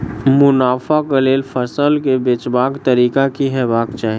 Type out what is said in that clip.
मुनाफा केँ लेल फसल केँ बेचबाक तरीका की हेबाक चाहि?